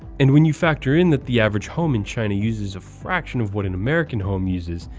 and when you factor in that the average home in china uses a fraction of what an american home uses,